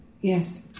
Yes